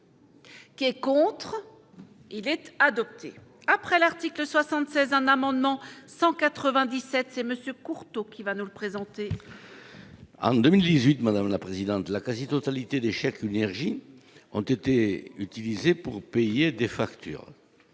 Qui est contre, il est adopté, après l'article 76 un amendement 197 c'est monsieur Courteau qui va nous représenter. En 2018, madame la présidente, la quasi-totalité des chèques l'énergie ont été utilisées pour payer des factures